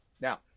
Now